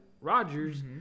Rodgers